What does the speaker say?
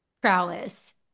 prowess